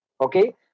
Okay